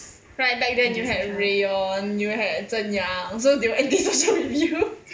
right back then you had rayon you had zhen yang so they were antisocial with you